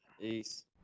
Peace